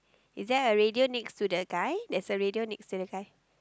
is there a radio next to the guy there's a radio next to the guy